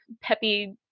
peppy